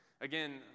Again